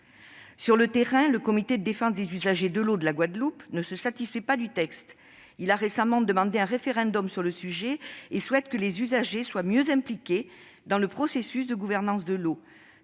Sur le terrain, le comité de défense des usagers de l'eau de la Guadeloupe ne se satisfait pas du texte. Il a récemment demandé un référendum sur le sujet et souhaite que les usagers soient mieux impliqués dans le processus de gouvernance de l'eau.